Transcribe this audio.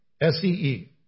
S-E-E